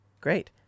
Great